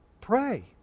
pray